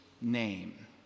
name